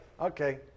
Okay